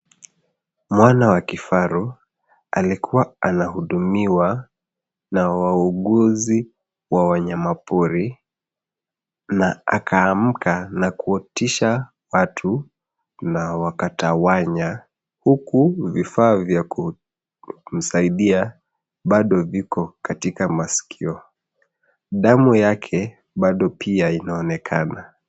Mwana wa kifaru alikua ana hudumiwa na wauguzi wa wanyama pori, na akaamka na kutisha watu, na waka tawanya, huku vifaa vya kumsaidia bado viko katika masikio. Damu yake pia inaonekana.